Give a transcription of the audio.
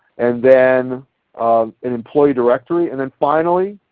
and then um an employee directory, and then finally